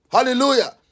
Hallelujah